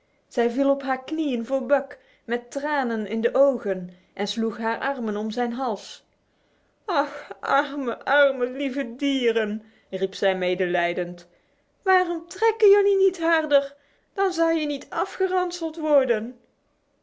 zij viel op haar knieën voor buck met tranen in de ogen en sloeg haar armen om zijn hals ach arme arme lieve dieren riep zij medelijdend waarom trek jelui niet harder dan zou je niet afgeranseld worden